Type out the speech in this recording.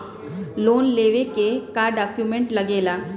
Loan लेवे के का डॉक्यूमेंट लागेला?